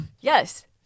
Yes